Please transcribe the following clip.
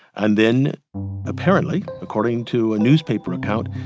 and then apparently, according to a newspaper account,